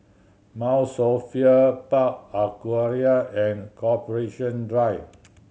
Mount Sophia Park Aquaria and Corporation Drive